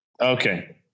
Okay